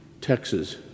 Texas